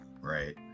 right